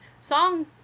song